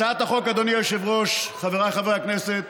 הצעת החוק, אדוני היושב-ראש, חבריי חברי הכנסת,